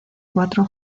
cuatro